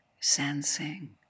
sensing